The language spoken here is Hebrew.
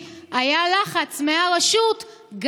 כי בגלל שהוא היה אפקטיבי היה לחץ מהרשות גם